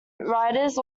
writers